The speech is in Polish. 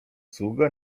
sługa